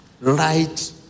right